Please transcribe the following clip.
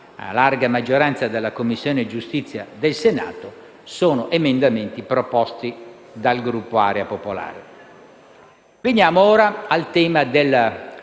a larga maggioranza dalla Commissione giustizia del Senato, sono emendamenti proposti dal Gruppo Area Popolare.